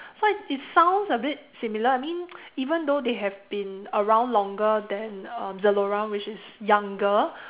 so I it sounds a bit similar I mean even though they have been around longer than um Zalora which is younger